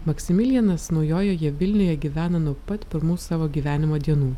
maksimilijanas naujojoje vilnioje gyvena nuo pat pirmų savo gyvenimo dienų